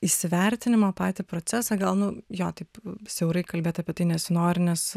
įsivertinimą patį procesą gal nu jo taip siaurai kalbėt apie tai nesinori nes